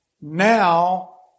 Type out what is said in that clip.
now